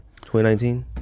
2019